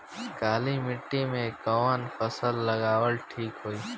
काली मिट्टी में कवन फसल उगावल ठीक होई?